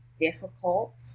difficult